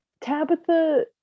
Tabitha